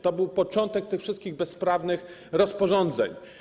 To był początek tych wszystkich bezprawnych rozporządzeń.